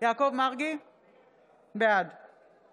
ועוד יותר